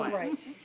right.